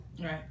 Right